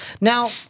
Now